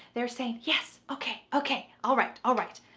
they're saying, yes. okay. okay. all right. all right.